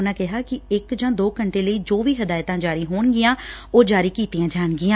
ਉਨਾਂ ਕਿਹਾ ਕਿ ਇਕ ਜਾਂ ਦੋ ਘੰਟੇ ਲਈ ਜੋ ਵੀ ਹਦਾਇਤਾਂ ਜਾਰੀ ਹੋਣਗੀਆਂ ਉਹ ਜਾਰੀ ਕੀਡੀਆਂ ਜਾਣਗੀਆਂ